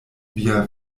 via